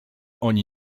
oni